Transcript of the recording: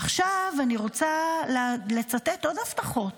עכשיו אני רוצה לצטט עוד הבטחות,